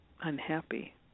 unhappy